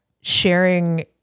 sharing